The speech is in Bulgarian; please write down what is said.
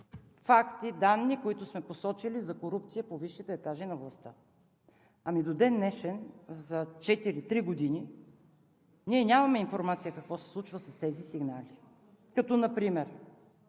факти и данни, които сме посочили за корупция по високите етажи на властта. Ами, до ден днешен за три години ние нямаме информация какво се случва по тези сигнали. Например